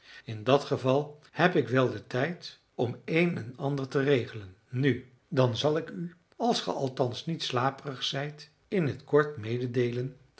in dat geval heb ik wel den tijd om een en ander te regelen nu dan zal ik u als ge althans niet slaperig zijt in t kort mededeelen